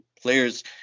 players